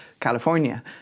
California